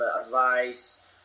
advice